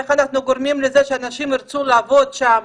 איך אנחנו גורמים לזה שאנשים ירצו לעבוד שם,